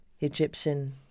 Egyptian